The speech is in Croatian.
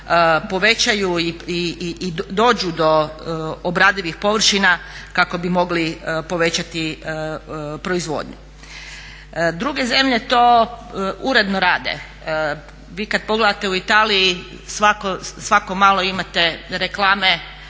povećaju i dođu do obradivih površina kako bi mogli povećati proizvodnju. Druge zemlje to uredno rade. Vi kad pogledate u Italiji svako malo imate reklame